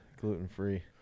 gluten-free